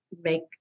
make